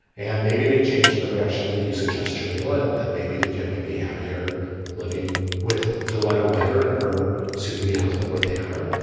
and maybe they change in the direction that you suggest toomelah, that maybe the kid might be happier living with the letter writer and her soon to be husband where they are.